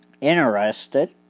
Interested